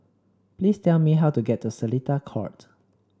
please tell me how to get to Seletar Court